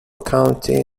county